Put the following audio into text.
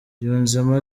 yunzemo